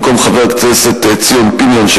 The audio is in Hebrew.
במקום חבר הכנסת ציון פיניאן,